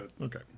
Okay